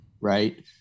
right